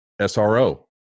SRO